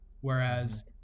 Whereas